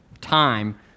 time